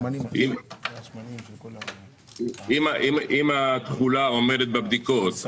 אם התכולה עומדת בבדיקות,